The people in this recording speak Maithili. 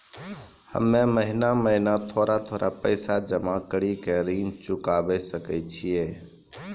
हम्मे महीना महीना थोड़ा थोड़ा पैसा जमा कड़ी के ऋण चुकाबै सकय छियै?